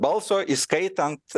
balso įskaitant